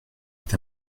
est